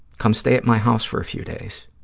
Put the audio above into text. come stay at my house for a few days.